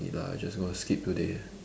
it lah I just going to sleep today